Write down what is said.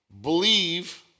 Believe